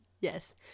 Yes